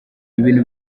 ibintu